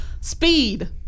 Speed